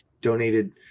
donated